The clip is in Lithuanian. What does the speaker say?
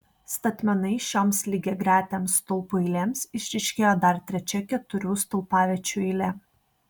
statmenai šioms lygiagretėms stulpų eilėms išryškėjo dar trečia keturių stulpaviečių eilė